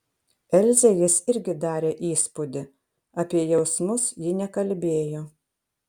elzei jis irgi darė įspūdį apie jausmus ji nekalbėjo